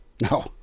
No